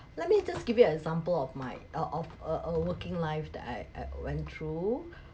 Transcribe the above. let me just give you an example of my uh of uh uh working life that I I went through